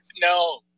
no